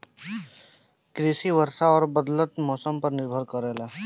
कृषि वर्षा और बदलत मौसम पर निर्भर करेला